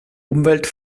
umwelt